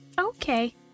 Okay